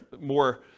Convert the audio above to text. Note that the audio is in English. more